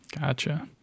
gotcha